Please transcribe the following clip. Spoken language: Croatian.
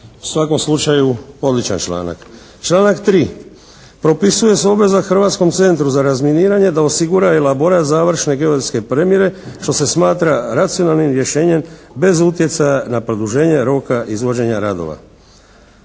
U svakom slučaju odličan članak. Članak 3. propisuje se obveza Hrvatskom centru za razminiranje da osigura elaborat završne geodetske premjere što se smatra racionalnim rješenjem bez utjecaja na produženje roka izvođenja radova.